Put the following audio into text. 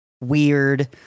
weird